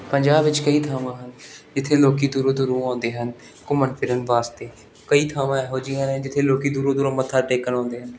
ਪੰਜਾਬ ਵਿੱਚ ਕਈ ਥਾਵਾਂ ਹਨ ਜਿੱਥੇ ਲੋਕ ਦੂਰੋਂ ਦੂਰੋਂ ਆਉਂਦੇ ਹਨ ਘੁੰਮਣ ਫਿਰਨ ਵਾਸਤੇ ਕਈ ਥਾਵਾਂ ਇਹੋ ਜਿਹੀਆਂ ਨੇ ਜਿੱਥੇ ਲੋਕ ਦੂਰੋਂ ਦੂਰੋਂ ਮੱਥਾ ਟੇਕਣ ਆਉਂਦੇ ਹਨ